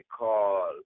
call